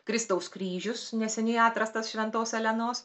kristaus kryžius neseniai atrastas šventos elenos